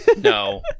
No